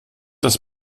das